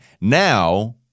Now